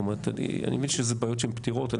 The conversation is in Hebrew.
אני מבין שזה בעיות שהן פתירות.